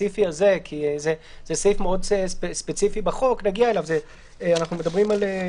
לא קליטה רגילה שאנחנו מדברים עליה.